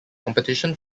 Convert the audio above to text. competition